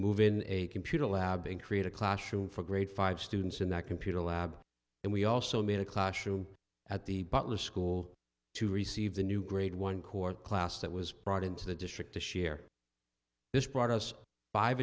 move in a computer lab and create a classroom for grade five students in that computer lab and we also made a classroom at the butler school to receive the new grade one court class that was brought into the district to share this brought us five